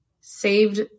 saved